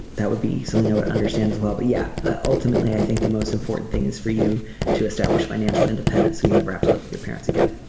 that would be something i would understand as well. but yeah ah ultimately i think the most important thing is for you to establish financial independence so you never have to live with your parents again.